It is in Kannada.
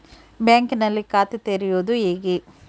ಬ್ಯಾಂಕಿನಲ್ಲಿ ಖಾತೆ ತೆರೆಯುವುದು ಹೇಗೆ?